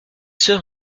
sœurs